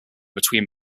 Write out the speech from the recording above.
between